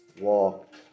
walked